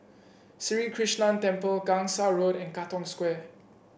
Sri Krishnan Temple Gangsa Road and Katong Square